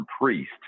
Priest